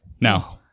Now